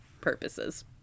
purposes